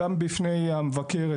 גם בפני המבקר,